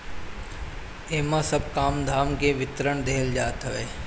इमे सब काम धाम के विवरण देहल जात हवे